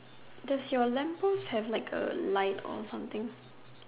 does your lamp post have like a light or something